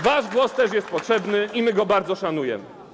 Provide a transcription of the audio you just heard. Wasz głos też jest potrzebny i my go bardzo szanujemy.